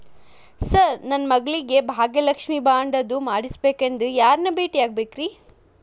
Sir ನನ್ನ ಮಗಳಿಗೆ Bhagyalakshmi bond ಅದು ಮಾಡಿಸಬೇಕೆಂದು ಯಾರನ್ನ ಭೇಟಿಯಾಗಬೇಕ್ರಿ?